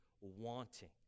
wanting